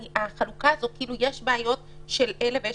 החלוקה הזאת כאילו יש בעיות של אלה ויש